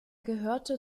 gehörte